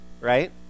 right